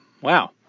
wow